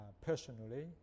personally